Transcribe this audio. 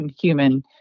human